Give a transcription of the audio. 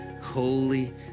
holy